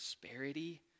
prosperity